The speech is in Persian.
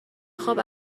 خواب